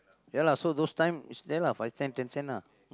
ya lah so those time is that lah five cent ten cent ah